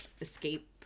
escape